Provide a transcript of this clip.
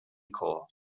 corps